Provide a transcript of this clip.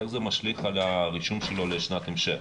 איך זה משליך על הרישום שלו לשנת המשך?